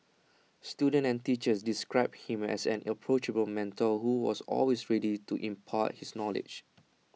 students and teachers described him as an approachable mentor who was always ready to impart his knowledge